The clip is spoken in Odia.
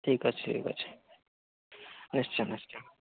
ଠିକ୍ ଅଛି ଠିକ୍ ଅଛି ନିଶ୍ଚୟ ନିଶ୍ଚୟ